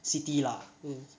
city lah